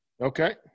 Okay